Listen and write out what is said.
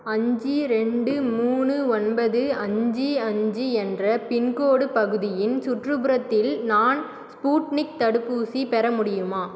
அஞ்சு ரெண்டு மூணு ஒன்பது அஞ்சு அஞ்சு என்ற பின்கோட் பகுதியின் சுற்றுப்புறத்தில் நான் ஸ்பூட்னிக் தடுப்பூசி பெற முடியுமா